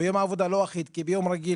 ויום העבודה הוא לא אחיד כי ביום רגיל